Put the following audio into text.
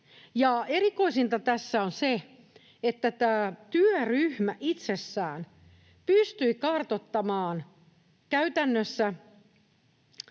Erikoisinta tässä on se, että tämä työryhmä itsessään pystyi kartoittamaan käytännössä